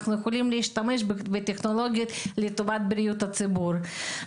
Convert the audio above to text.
אנחנו יכולים להשתמש בטכנולוגיות לטובת בריאות הציבור.